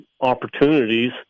opportunities